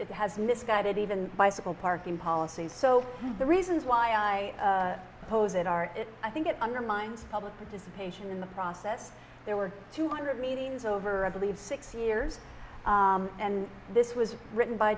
it has misguided even bicycle parking policies so the reasons why i oppose it are i think it undermines public participation in the process there were two hundred meetings over a believe six years and this was written by